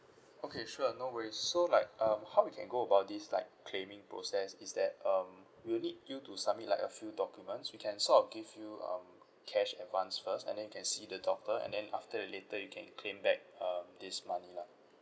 okay sure no worries so like um how we can go about this like claiming process is that um we'll need you to submit like a few documents we can sort of give you um cash advance first and then you can see the doctor and then after that later you can claim back um this money lah